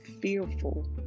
fearful